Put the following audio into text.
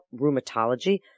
rheumatology